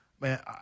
man